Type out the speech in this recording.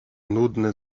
nudny